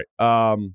right